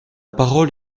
parole